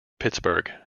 pittsburgh